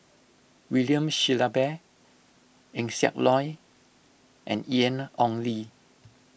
William Shellabear Eng Siak Loy and Ian Ong Li